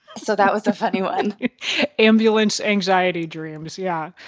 so that was a funny one ambulance anxiety dreams yeah.